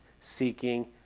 seeking